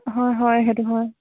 হয় হয় সেইটো হয়